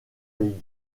les